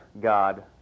God